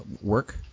work